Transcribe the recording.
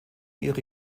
ihre